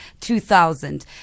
2000